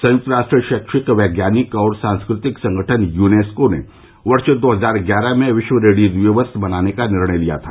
संयक्त राष्ट्र शैक्षिक वैज्ञानिक और सांस्कृतिक संगठन यनेस्को ने वर्ष दो हजार ग्यारह में विश्व रेडियो दिवस मनाने का निर्णय लिया था